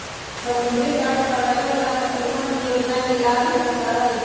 समुद्री तट पर रहे वाला मछुअरवन ई योजना के लाभ ले सका हई